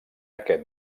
aquest